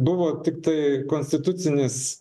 buvo tiktai konstitucinis